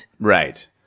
Right